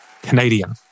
Canadian